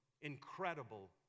incredible